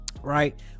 Right